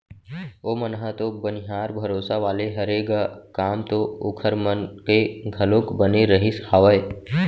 ओमन ह तो बनिहार भरोसा वाले हरे ग काम तो ओखर मन के घलोक बने रहिस हावय